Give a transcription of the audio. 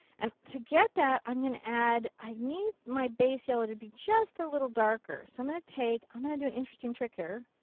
and to get that i'm going to add. i need my base yellow to be just a little darker. so i'm going to take. i'm going to do an interesting trick here.